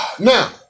Now